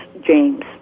James